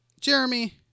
Jeremy